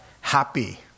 happy